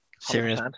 serious